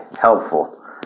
helpful